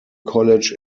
college